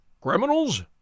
Criminals